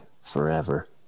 Forever